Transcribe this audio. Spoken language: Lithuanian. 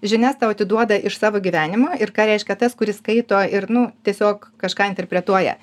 žinias tau atiduoda iš savo gyvenimo ir ką reiškia tas kuris skaito ir nu tiesiog kažką interpretuoja